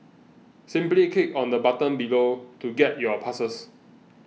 simply click on the button below to get your passes